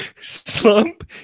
slump